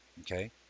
okay